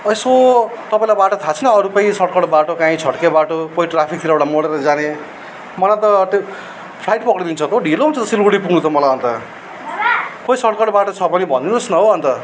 यसो तपाईँलाई बाटो थाहा छैन अरू कोही सर्टकट बाटो काहीँ छड्के बाटो कोही ट्राफिकतिरबाड मोडेर जाने मलाई त फ्लाइट पक्डिनु छ त हौ ढिलो हुन्छ त सिलगढी पुग्नु त मलाई अन्त खोई सर्टकट बाटो छ भने भनिदिनुहोस् न हौ अन्त